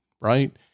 right